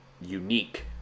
unique